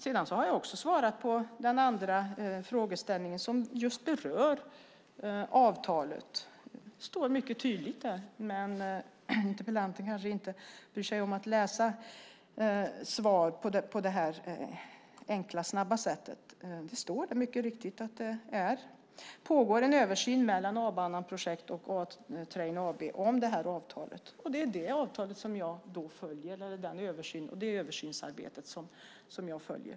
Jag har också svarat på den andra frågan, som berör avtalet. Det står tydligt. Interpellanten kanske inte bryr sig om att läsa sådana här enkla snabba svar. Det står mycket tydligt att det pågår en översyn mellan A-Banan Projekt AB och A-Train AB om avtalet. Det är det arbetet och det översynsarbetet som jag följer.